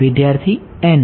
વિદ્યાર્થી n